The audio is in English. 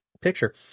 picture